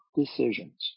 decisions